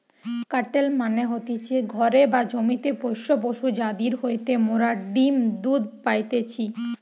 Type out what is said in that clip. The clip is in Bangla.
কাটেল মানে হতিছে ঘরে বা জমিতে পোষ্য পশু যাদির হইতে মোরা ডিম্ দুধ পাইতেছি